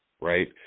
right